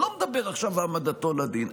אני לא מדבר עכשיו על העמדתו לדין,